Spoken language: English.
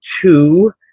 two